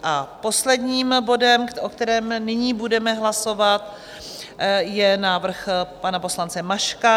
A posledním bodem, o kterém nyní budeme hlasovat, je návrh pana poslance Maška.